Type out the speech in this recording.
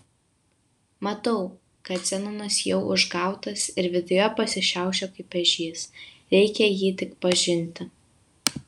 matau kad zenonas jau užgautas ir viduje pasišiaušė kaip ežys reikia jį tik pažinti